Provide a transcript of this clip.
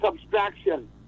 subtraction